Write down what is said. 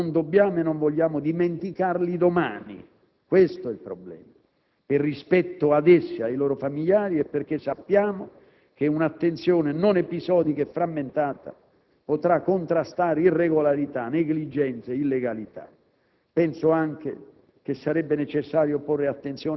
Noi oggi ricordiamo i morti sul lavoro, ma non dobbiamo e non vogliamo dimenticarli domani, questo è il problema, per rispetto ad essi, ai loro famigliari e perché sappiamo che un'attenzione non episodica e frammentata potrà contrastare irregolarità, negligenze, illegalità.